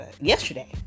yesterday